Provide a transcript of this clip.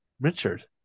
richard